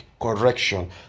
correction